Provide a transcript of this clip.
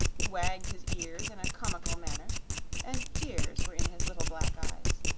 he wagged his ears in a comical manner and tears were in his little black eyes.